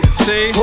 see